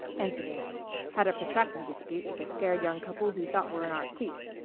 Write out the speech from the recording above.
anthony had a protracted dispute with a scared young couple we thought were in our seats.